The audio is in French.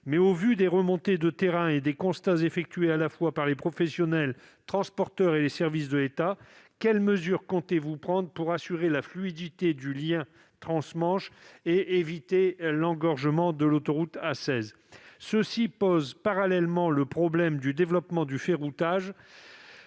tenu des remontées de terrain et des constats effectués à la fois par les professionnels, les transporteurs et les services de l'État, quelles mesures comptez-vous prendre pour assurer la fluidité du lien trans-Manche et éviter l'engorgement de l'autoroute A16 ? En parallèle se pose la question du développement du ferroutage.